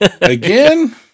again